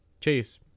chase